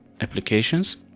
applications